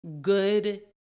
good